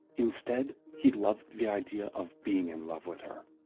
instead, he loved the idea of being in love with her.